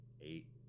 eight